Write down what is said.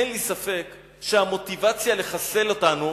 אין לי ספק שהמוטיבציה לחסל אותנו